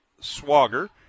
Swagger